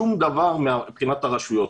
שום דבר מבחינת הרשויות.